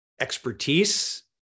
expertise